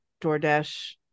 DoorDash